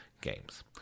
games